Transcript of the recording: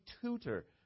tutor